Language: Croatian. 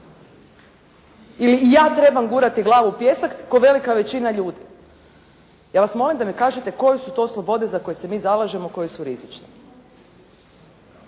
ili ja treba gurati glavu u pijesak kao velika većina ljudi? Ja vas molim da mi kažete koje su to slobode za koje se mi zalažemo koje su rizične?